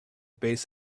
base